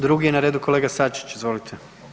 Drugi je na redu kolega Sačić, izvolite.